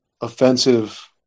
offensive